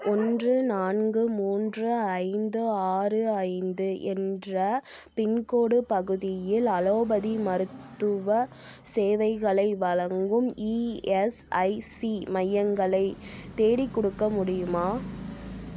ஓன்று நான்கு மூன்று ஐந்து ஆறு ஐந்து என்ற பின்கோடு பகுதியில் அலோபதி மருத்துவ சேவைகளை வழங்கும் இஎஸ்ஐசி மையங்களை தேடி கொடுக்க முடியுமா